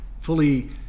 fully